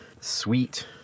sweet